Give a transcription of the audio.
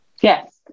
yes